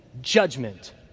judgment